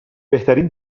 بهترین